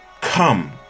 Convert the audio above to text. Come